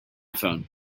phone